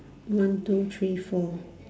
one two three four